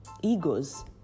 egos